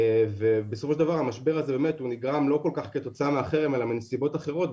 ובסופו של דבר המשבר הזה נגרם לא כל כך כתוצאה מהחרם אלא מסיבות אחרות,